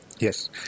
Yes